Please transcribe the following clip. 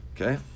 Okay